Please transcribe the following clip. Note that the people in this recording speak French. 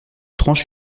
tranche